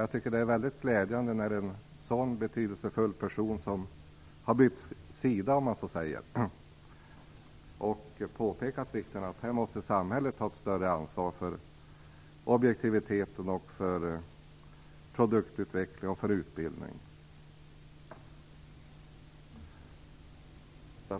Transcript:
Jag tycker det är väldigt glädjande när en så betydelsefull person så att säga byter sida och påpekar vikten av att samhället tar ett större ansvar för objektivitet, produktutveckling och utbildning.